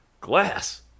glass